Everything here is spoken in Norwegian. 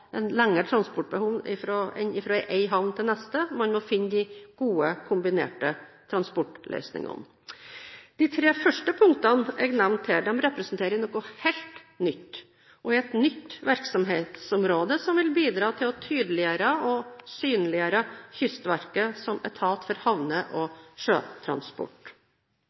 varene lengre transportbehov enn fra én havn til den neste – man må finne de gode, kombinerte transportløsningene. De tre første punktene som jeg nevnte her, representerer noe helt nytt. Dette er et nytt virksomhetsområde som vil bidra til å tydeliggjøre og synliggjøre Kystverket som etat for havne- og sjøtransport.